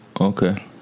Okay